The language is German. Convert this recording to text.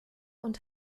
und